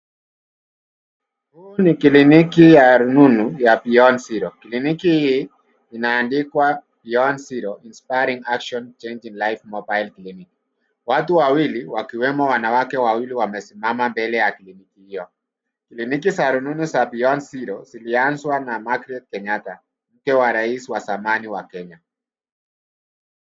Huu ni kliniki ya rununu ya, beyond zero. Kliniki hii imeandikwa, beyond zero inspiring nation changes lifes mobile clinic. Watu wawili wakiwemo wanawake wawili wamesimama mbele ya kliniki hio. Kliniki za rununu za, beyond zero, zilianzwa na Magrate Kenyatta, mke wa rais wa zamani wa Kenya.